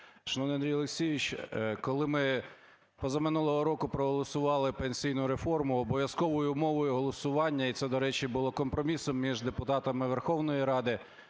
Шановний Андрій Олексійович, коли ми позаминулого року проголосували пенсійну реформу, обов'язковою умовою голосування, і це, до речі, було компромісом між депутатами Верховної Ради,